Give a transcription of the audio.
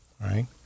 right